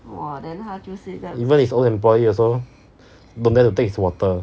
even his own employee also don't dare to take his water